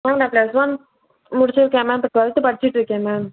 ma'am நான் plus one முடிச்சிருக்கேன் ma'am இப்போ ட்வெல்த்து படிச்சிகிட்ருக்கேன் மேம்